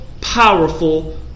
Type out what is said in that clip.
powerful